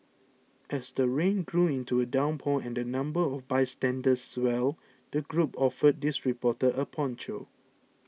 as the rain grew into a downpour and the number of bystanders swelled the group offered this reporter a poncho